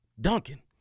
Duncan